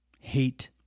hate